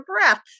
breath